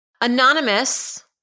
Anonymous